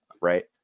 right